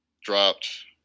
dropped